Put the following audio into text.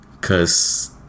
cause